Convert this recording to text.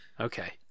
Okay